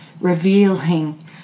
revealing